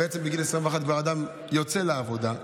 בעצם בגיל 21 אדם כבר יוצא לעבודה,